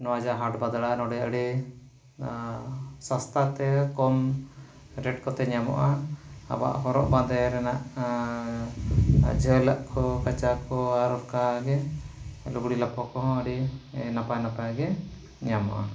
ᱱᱚᱣᱟ ᱡᱮ ᱦᱟᱴ ᱵᱟᱫᱽᱲᱟ ᱱᱚᱸᱰᱮ ᱟᱹᱰᱤ ᱥᱟᱥᱛᱟᱛᱮ ᱠᱚᱢ ᱨᱮᱴ ᱠᱚᱛᱮ ᱧᱟᱢᱚᱜᱼᱟ ᱟᱵᱚᱣᱟᱜ ᱦᱚᱨᱚᱜ ᱵᱟᱸᱫᱮ ᱨᱮᱱᱟᱜ ᱡᱷᱟᱹᱞᱟᱜ ᱠᱚ ᱠᱟᱸᱪᱟ ᱠᱚ ᱟᱨ ᱚᱱᱠᱟᱜᱮ ᱞᱩᱜᱽᱲᱤ ᱞᱟᱯᱚᱜ ᱠᱚᱦᱚᱸ ᱟᱹᱰᱤ ᱱᱟᱯᱟᱭ ᱱᱟᱯᱟᱭ ᱜᱮ ᱧᱟᱢᱚᱜᱼᱟ